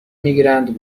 میگیرند